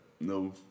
No